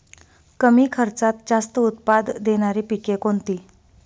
कमी खर्चात जास्त उत्पाद देणारी पिके कोणती?